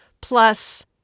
plus